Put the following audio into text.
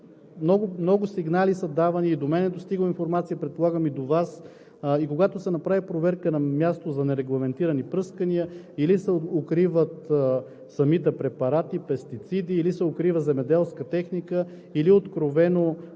Много сигнали са давани и до мен е достигала информация, предполагам и до Вас и когато се направи проверка на място за нерегламентирани пръскания или се укриват самите препарати, пестициди, или се укрива земеделска техника, или откровено